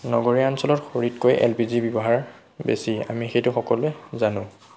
নগৰীয়া অঞ্চলত খৰিতকৈ এল পি জি ৰ ব্যৱহাৰ বেছি আমি সেইটো সকলোৱে জানো